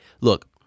look